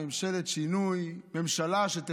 ממשלת שינוי,